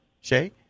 Shay